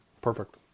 Perfect